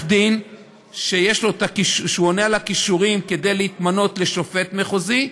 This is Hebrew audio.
דין שיש לו הכישורים להתמנות לשופט מחוזי,